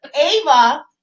Ava